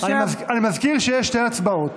אני מזכיר שיש שתי הצבעות.